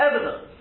evidence